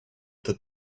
that